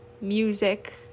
music